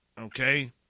Okay